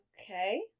Okay